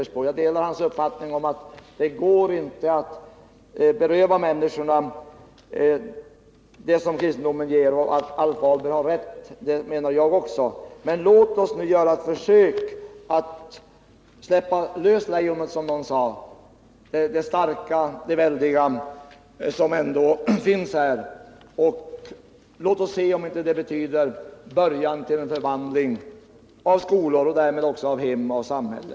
Jag delar Evert Svenssons uppfatting att det inte går att beröva människorna det som kristendomen ger —- att Alf Ahlberg har rätt menar jag också. Men låt oss nu göra ett försök att släppa lös lejonet, som någon sade, det starka och väldiga som ändå finns här. Låt oss se om det inte betyder början till en förvandling av skolan och därmed också av hem och samhälle.